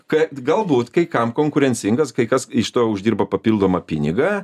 kad galbūt kai kam konkurencingas kai kas iš to uždirba papildomą pinigą